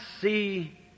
see